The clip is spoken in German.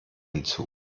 hinzu